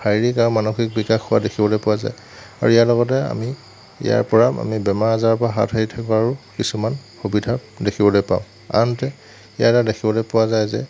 শাৰীৰিক আৰু মানসিক বিকাশ হোৱা দেখিবলৈ পোৱা যায় আৰু ইয়াৰ লগতে আমি ইয়াৰ পৰা আমি বেমাৰ আজাৰৰ পৰা হাত সাৰি থকাৰো কিছুমান সুবিধা দেখিবলৈ পাওঁ আনহাতে ইয়াৰ দ্বাৰা দেখিবলৈ পোৱা যায় যে